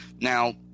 Now